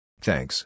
Thanks